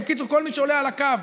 ובקיצור כל מי שעולה על הקו,